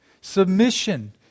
submission